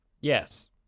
Yes